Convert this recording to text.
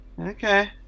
okay